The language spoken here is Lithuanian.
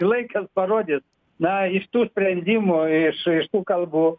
laikas parodys na iš tų sprendimų iš iš tų kalbų